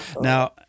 Now